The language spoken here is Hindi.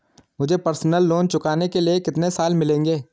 मुझे पर्सनल लोंन चुकाने के लिए कितने साल मिलेंगे?